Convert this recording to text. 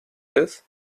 this